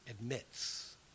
admits